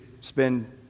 spend